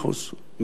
מאה אחוז, אדוני.